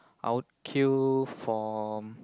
I'll queue for